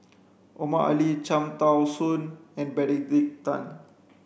Omar Ali Cham Tao Soon and Benedict Tan